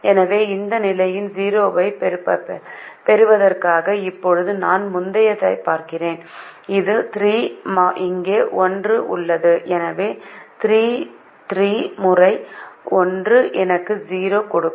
எனவே இந்த நிலையில் 0 ஐப் பெறுவதற்காக இப்போது நான் முந்தையதைப் பார்க்கிறேன் இது 3 இங்கே 1 உள்ளது எனவே முறை 1 எனக்கு 0 கொடுக்கும்